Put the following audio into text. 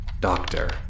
Doctor